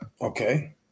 Okay